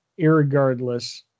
irregardless